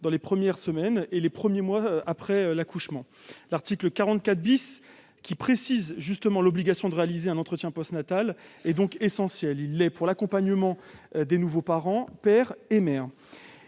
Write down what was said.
dans les premières semaines et les premiers mois qui suivent l'accouchement. L'article 44 , qui précise justement l'obligation de réaliser un entretien postnatal, est donc essentiel. Il l'est pour l'accompagnement des nouveaux parents, père et mère.